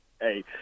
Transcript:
Hey